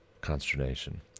consternation